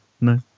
No